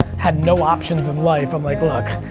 had no options in life, i'm like, look.